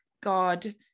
God